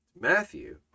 Matthew